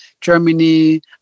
Germany